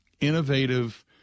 innovative